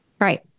right